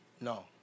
No